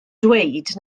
dweud